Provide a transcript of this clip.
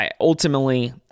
ultimately